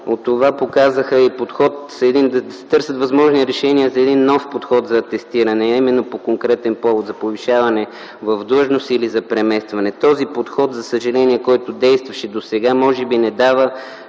от това показаха и подход да се търсят възможни решения за нов подход за атестиране, именно по конкретен повод за повишаване в длъжност или за преместване. Този подход, за съжаление, който действаше досега, може би не дава